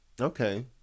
okay